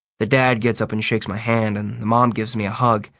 the dad gets up and shakes my hand, and the mom gives me a hug.